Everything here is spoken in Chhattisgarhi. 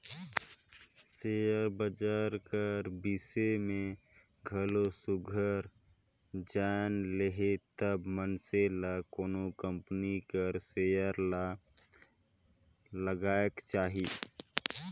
सेयर बजार कर बिसे में घलो सुग्घर जाएन लेहे तब मइनसे ल कोनो कंपनी कर सेयर ल लगाएक चाही